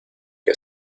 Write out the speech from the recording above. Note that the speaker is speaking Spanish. que